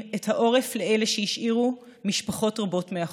את העורף לאלה שהשאירו משפחות רבות מאחור.